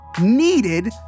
needed